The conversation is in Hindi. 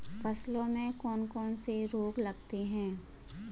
फसलों में कौन कौन से रोग लगते हैं?